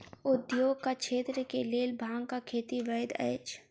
उद्योगक क्षेत्र के लेल भांगक खेती वैध अछि